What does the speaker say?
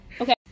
Okay